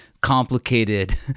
complicated